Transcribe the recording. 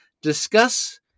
discuss